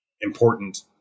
important